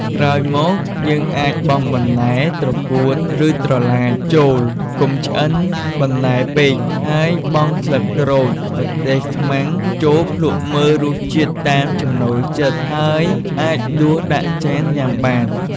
ក្រោយមកយើងអាចបង់បន្លែត្រកួនឬត្រឡាចចូលកុំឆ្អិនបន្លែពេកហើយបង់ស្លឹកក្រូច ម្ទេសខ្មាំងចូលភ្លក្សមើលរសជាតិតាមចំណូលចិត្តហើយអាចដួសដាក់ចានញ៉ាំបាន។